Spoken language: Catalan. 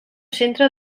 centre